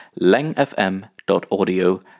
langfm.audio